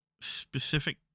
specific